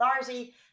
Authority